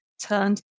turned